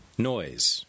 noise